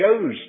shows